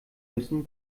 müssen